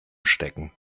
stecken